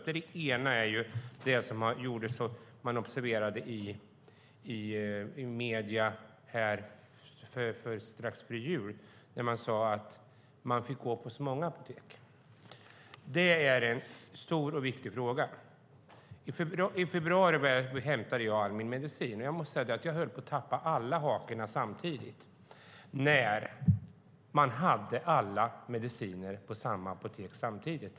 Den ena gäller det som observerades i medierna strax före jul: att man får gå på så många apotek. Det är en stor och viktig fråga. I februari var jag och hämtade min medicin. Jag måste säga att jag höll på att tappa alla hakorna på en gång när man hade alla mediciner på samma apotek samtidigt.